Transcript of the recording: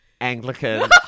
anglican